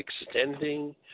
extending